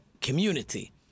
community